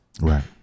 Right